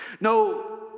No